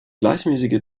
gleichmäßige